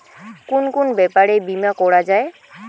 কুন কুন ব্যাপারে বীমা করা যায়?